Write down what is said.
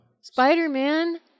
Spider-Man